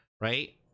right